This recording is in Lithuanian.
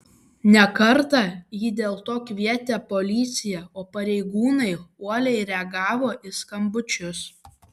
ne kartą ji dėl to kvietė policiją o pareigūnai uoliai reagavo į skambučius